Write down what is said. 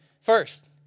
First